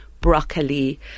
broccoli